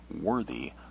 worthy